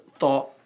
thought